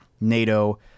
NATO